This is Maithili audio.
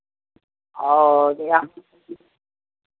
ओऽ यहाँ